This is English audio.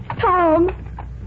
Tom